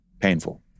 painful